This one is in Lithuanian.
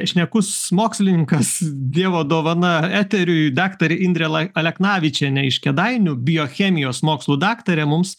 šnekus mokslininkas dievo dovana eteriui daktarė indrė lai aleknavičienė iš kėdainių biochemijos mokslų daktarė mums